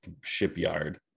shipyard